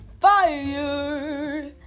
fire